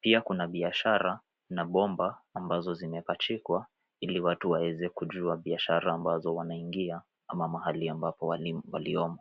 Pia kuna biashara na bomba ambazo zimepachikwa ili watu waweze kujua biashara ambazo wanaingia ama mahali ambapo waliomo.